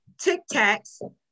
tic-tacs